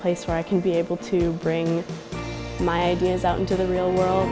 place where i can be able to bring my ideas out into the real world